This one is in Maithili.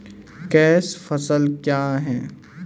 कैश फसल क्या हैं?